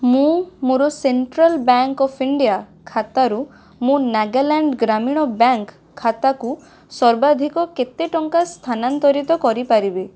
ମୁଁ ମୋର central bank of India ଖାତାରୁ ମୋ ନାଗାଲାଣ୍ଡ୍ ଗ୍ରାମୀଣ ବ୍ୟାଙ୍କ୍ ଖାତାକୁ ସର୍ବାଧିକ କେତେ ଟଙ୍କା ସ୍ଥାନାନ୍ତରିତ କରିପାରିବି